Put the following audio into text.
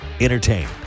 Entertain